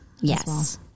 Yes